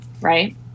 right